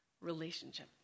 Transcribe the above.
Relationship